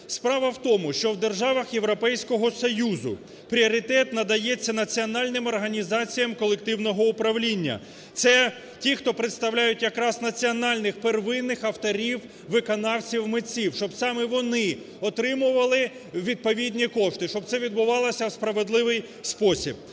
Справа в тому, що в державах Європейського Союзу пріоритет надається національним організаціям колективного управління. Це ті, хто представляють якраз національних первинних авторів, виконавців, митців, щоб саме вони отримували відповідні кошти, щоб це відбувалося в справедливий спосіб.